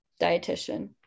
dietitian